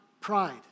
Pride